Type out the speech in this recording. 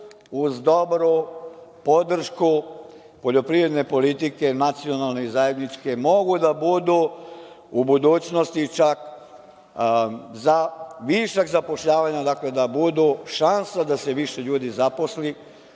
uz dobru podršku poljoprivredne politike, nacionalne i zajedničke mogu da budu u budućnosti za višak zapošljavanja, dakle da budu šansa da se više ljudi zaposli.